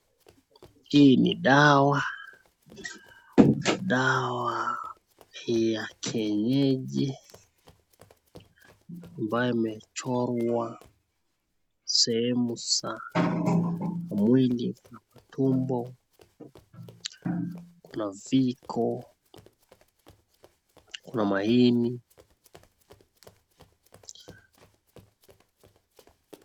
Hii ni dawa ya kienyeji ambayo imechorwa sehemu za mwili, tumbo, kuna figo kuna maini.